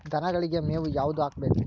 ದನಗಳಿಗೆ ಮೇವು ಯಾವುದು ಹಾಕ್ಬೇಕು?